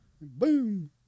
boom